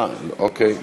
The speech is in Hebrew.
אה, אוקיי.